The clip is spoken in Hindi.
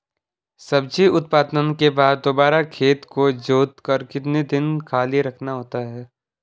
सब्जी उत्पादन के बाद दोबारा खेत को जोतकर कितने दिन खाली रखना होता है?